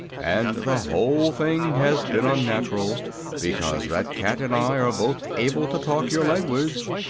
and the whole thing has been unnatural because that cat and i are both able to talk your language,